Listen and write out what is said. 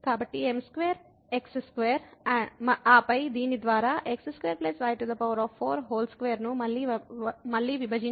కాబట్టి m2x2 ఆపై దీని ద్వారా x2 y4 2 ను మళ్ళీ విభజించండి